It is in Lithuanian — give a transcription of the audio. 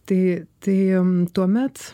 tai tai tuomet